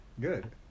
good